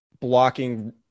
blocking